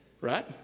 Right